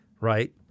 right